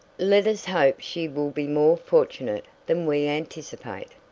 let us hope she will be more fortunate than we anticipate.